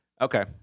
Okay